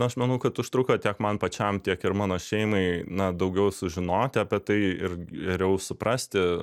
aš manau kad užtruko tiek man pačiam tiek ir mano šeimai na daugiau sužinoti apie tai ir geriau suprasti